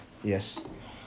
yes